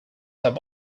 have